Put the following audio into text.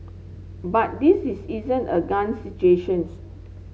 but this is isn't a gun situations